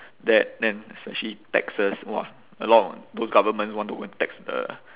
debt then especially taxes !wah! a lot those governments want to go and tax the